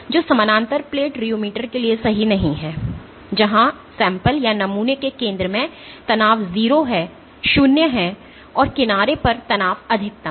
जो समानांतर plate rheometer के लिए सही नहीं है जहां नमूने के केंद्र में तनाव 0 है और किनारे पर तनाव अधिकतम है